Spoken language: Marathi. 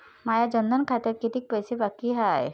माया जनधन खात्यात कितीक पैसे बाकी हाय?